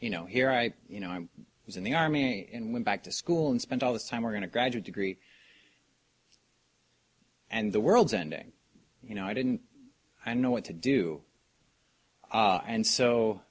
you know here i you know i was in the army and went back to school and spent all this time we're going to graduate degree and the world's ending you know i didn't know what to do and so